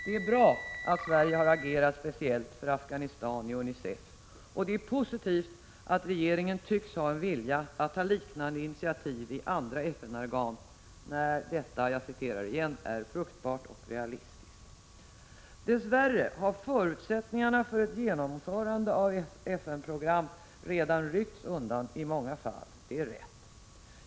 Det är bra att Sverige har agerat speciellt för Afghanistan i UNICEF, och det är positivt att regeringen tycks ha en vilja att ta liknande initiativ i andra FN-organ ”när detta är fruktbart och realistiskt”. Dess värre har, som riktigt har påpekats, förutsättningarna för ett genomförande av FN-program redan ryckts undan i många fall.